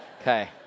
Okay